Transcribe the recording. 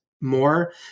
more